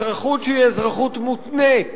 אזרחות שהיא אזרחות מותנית,